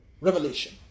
Revelation